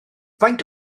faint